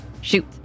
Shoot